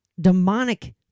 demonic